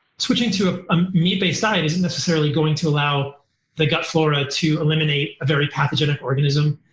switching to a um meat-based side isn't necessarily going to allow the gut flora to eliminate a very pathogenic organism.